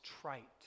trite